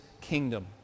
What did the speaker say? kingdom